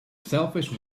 selfish